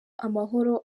amahoro